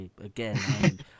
again